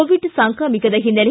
Covid ಸಾಂಕ್ರಾಮಿಕದ ಹಿನ್ನೆಲೆ